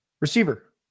Receiver